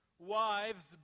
Wives